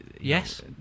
yes